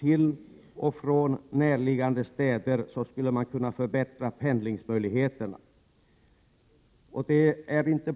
Man skulle kunna förbättra pendlingsmöjligheterna till och från näraliggande städer.